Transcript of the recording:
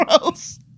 Gross